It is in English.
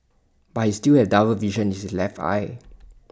but he still has double vision in his left eye